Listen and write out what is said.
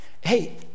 Hey